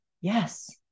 Yes